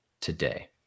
today